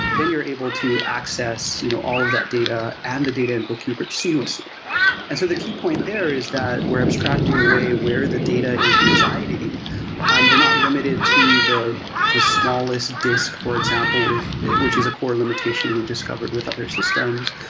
then you're able to access you know all of that data and the data and bookkeeper seamlessly and so the key point there is that we're abstracting away where the data is residing and we're not limited to the the smallest disk, for example, which is a core limitation we've discovered with other systems.